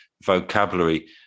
vocabulary